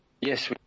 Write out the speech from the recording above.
Yes